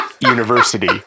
university